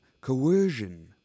coercion